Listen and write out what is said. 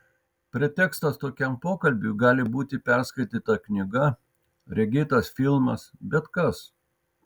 pretekstas tokiam pokalbiui gali būti perskaityta knyga regėtas filmas bet kas